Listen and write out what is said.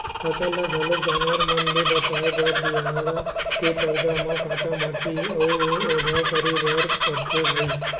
फसल ल घलोक जानवर मन ले बचाए बर बियारा के परदा म काटा माटी अउ ओधा करे बर परथे भइर